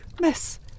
miss